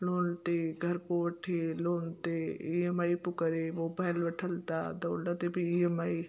loan ते घर पियो वठे लोन ते ई एम आई पियो करे मोबाइल वठनि था त हुन ते बि ई एम आई